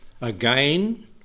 again